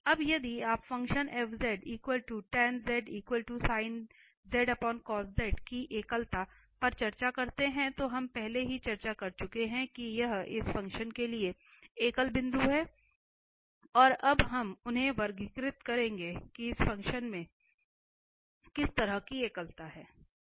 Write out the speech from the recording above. अब यदि आप फ़ंक्शन की एकलता पर चर्चा करना चाहते हैं तो हम पहले ही चर्चा कर चुके हैं कि यह इस फ़ंक्शन के लिए एकल बिंदु हैं और अब हम उन्हें वर्गीकृत करेंगे कि इस फ़ंक्शन में किस तरह की एकलता है